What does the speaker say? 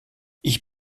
ich